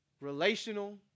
relational